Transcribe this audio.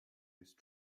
used